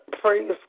Praise